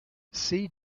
sea